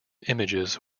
images